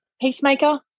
peacemaker